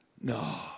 No